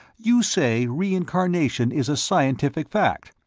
you say reincarnation is a scientific fact.